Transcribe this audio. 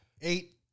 eight